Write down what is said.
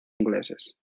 ingleses